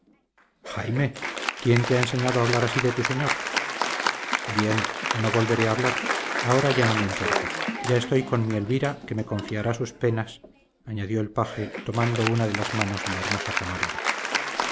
jaime quién te ha enseñado a hablar así de tu señor bien no volveré a hablar ahora ya no me importa ya estoy con mi elvira que me confiará sus penas añadió el paje tomando una de las manos de la hermosa camarera